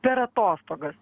per atostogas